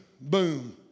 boom